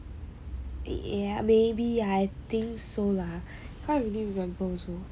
yea maybe I think so lah can't really remember also